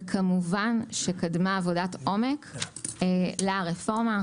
וכמובן שקדמה עבודת עומק לרפורמה.